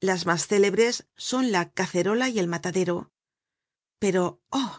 las mas célebres son la ca cerola y el matadero pero